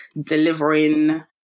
delivering